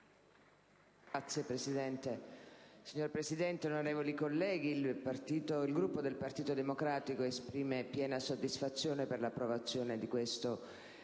*(PD)*. Signor Presidente, onorevoli colleghi, il Gruppo del Partito Democratico esprime piena soddisfazione per l'approvazione di questo provvedimento